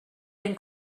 den